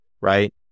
right